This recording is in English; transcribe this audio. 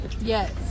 Yes